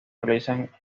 realizan